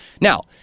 Now